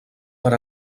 per